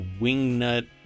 wingnut